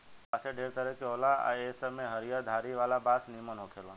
बांस ढेरे तरह के होला आ ए सब में हरियर धारी वाला बांस निमन होखेला